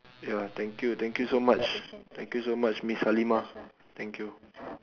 ya thank you thank you so much thank you so much miss halimah thank you